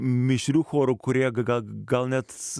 mišrių chorų kurie gal net